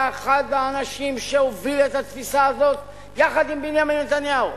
היה אחד האנשים שהובילו את התפיסה הזאת יחד עם בנימין נתניהו.